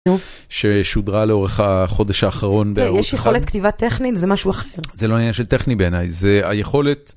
שהיא שודרה לאורך החודש האחרון. יש יכולת כתיבה טכנית זה משהו אחר. זה לא עניין של טכני בעיניי זה היכולת.